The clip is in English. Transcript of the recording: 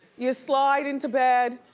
you slide into bed,